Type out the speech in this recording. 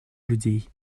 людей